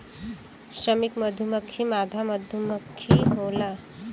श्रमिक मधुमक्खी मादा मधुमक्खी होला